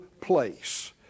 place